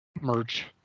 Merch